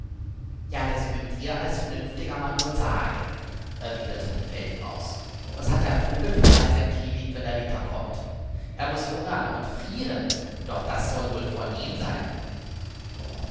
ja das mögt ihr als vernünftiger mann wohl sagen erwiderte die feldmaus was hat der vogel für all sein quivit wenn der winter kommt er muß hungern und frieren doch das soll wohl vornehm sein